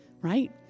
right